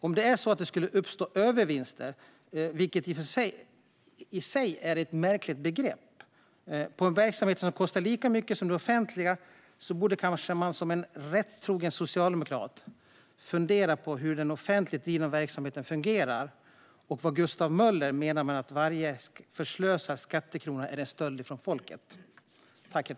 Om det skulle uppstå övervinster, vilket i sig är ett märkligt begrepp, hos en verksamhet som kostar lika mycket som det offentliga borde kanske en rättrogen socialdemokrat fundera på hur den offentligt drivna verksamheten fungerar och vad Gustav Möller menade med att varje förslösad skattekrona är en stöld från folket.